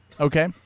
okay